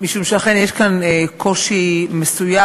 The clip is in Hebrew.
שאכן יש כאן קושי מסוים.